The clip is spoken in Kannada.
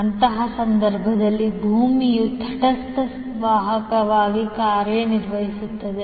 ಅಂತಹ ಸಂದರ್ಭದಲ್ಲಿ ಭೂಮಿಯು ತಟಸ್ಥ ವಾಹಕವಾಗಿ ಕಾರ್ಯನಿರ್ವಹಿಸುತ್ತದೆ